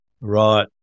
Right